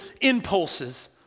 impulses